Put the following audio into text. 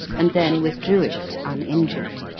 and then withdrew it uninjured.